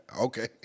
Okay